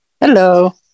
Hello